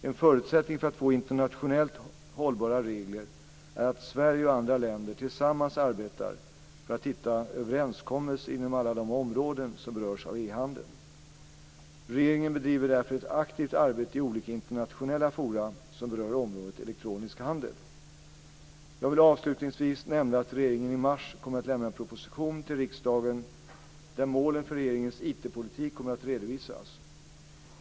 En förutsättning för att få internationellt hållbara regler är att Sverige och andra länder tillsammans arbetar för att hitta överenskommelser inom alla de områden som berörs av e-handeln. Regeringen bedriver därför ett aktivt arbete i olika internationella forum som berör området elektronisk handel. Jag vill avslutningsvis nämna att regeringen i mars kommer att lämna en proposition till riksdagen där målen för regeringens IT-politik kommer att redovisas.